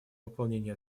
выполнение